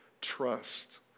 trust